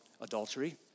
adultery